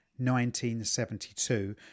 1972